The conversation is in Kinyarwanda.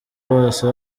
bose